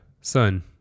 son